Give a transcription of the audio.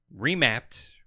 remapped